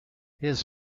his